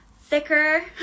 thicker